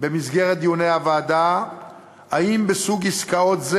במסגרת דיוני הוועדה אם בסוג עסקאות זה